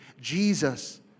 Jesus